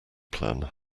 plan